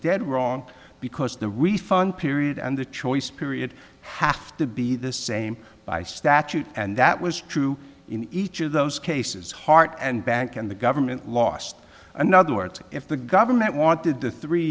dead wrong because the refund period and the choice period have to be the same by statute and that was true in each of those cases heart and bank and the government lost another words if the government wanted the three